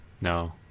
No